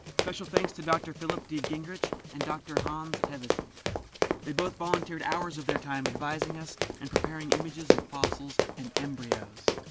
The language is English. special thanks to dr. philip d. gingerich and dr. hans thewissen. they both volunteered hours of their time advising us, and preparing images of fossils and embryos.